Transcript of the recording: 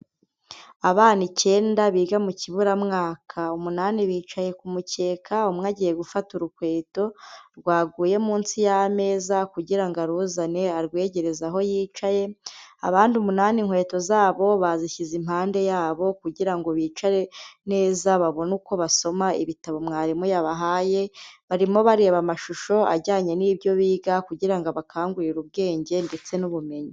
Abana icyenda biga mu kiburamwaka, umunani bicaye ku mukeka, umwe agiye gufata urukweto rwaguye munsi y'ameza, kugira ngo aruzane arwegereza aho yicaye, abandi umunani inkweto zabo bazishyize impande yabo, kugira ngo bicare neza babone uko basoma ibitabo mwarimu yabahaye, barimo bareba amashusho ajyanye n'ibyo biga kugira ngo abakangurire ubwenge ndetse n'ubumenyi.